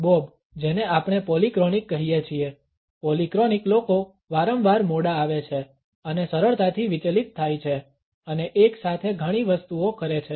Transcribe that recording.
Bob જેને આપણે polychronic કહીએ છીએ પોલિક્રોનિક લોકો વારંવાર મોડા આવે છે અને સરળતાથી વિચલિત થાય છે અને એક સાથે ઘણી વસ્તુઓ કરે છે